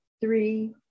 three